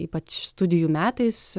ypač studijų metais